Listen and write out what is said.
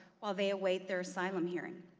while they await their asylum hearing.